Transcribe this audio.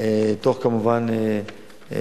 כמובן תוך